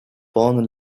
born